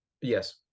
Yes